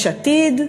יש עתיד,